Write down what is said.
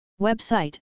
Website